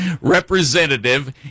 representative